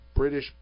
British